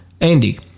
Andy